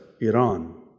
Iran